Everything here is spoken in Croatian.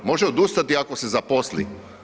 Može odustati ako se zaposli.